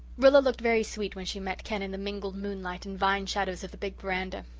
rilla looked very sweet when she met ken in the mingled moonlight and vine shadows of the big veranda.